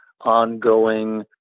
ongoing